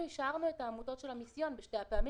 אנחנו אישרנו את העמותות של המיסיון בשתי הפעמים,